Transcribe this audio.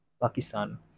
Pakistan